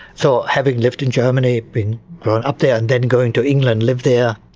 so, having lived in germany, been grown up there and then going to england, lived there,